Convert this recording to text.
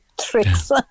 tricks